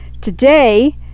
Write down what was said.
Today